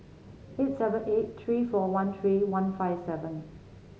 eight seven eight three four one three one five seven